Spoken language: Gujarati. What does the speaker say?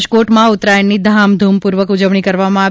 રાજકોટમાં ઉત્તરાયણની ધામધૂમપૂર્વક ઉજવણી કરવામાં આવી